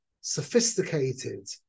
sophisticated